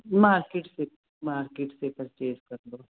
market ਸੇ market ਸੇ purchase ਕਰਲੋ